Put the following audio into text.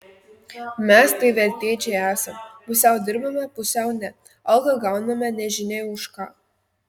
mes tai veltėdžiai esam pusiau dirbame pusiau ne algą gauname nežinia už ką